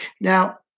Now